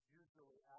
usually